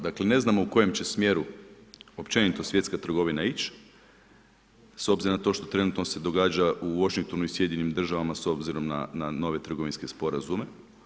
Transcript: Dakle ne znamo u kojem će smjeru općenito svjetska trgovina ići s obzirom na to što trenutno se događa u Washingtonu i SAD-u s obzirom na nove trgovinske sporazume.